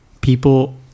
people